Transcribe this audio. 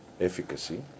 efficacy